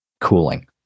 cooling